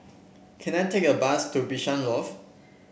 can I take a bus to Bishan Loft